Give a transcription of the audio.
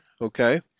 okay